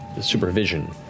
supervision